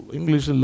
English